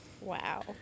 Wow